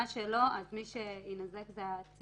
מה שלא מי שיינזק זה הציבור,